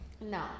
No